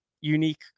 unique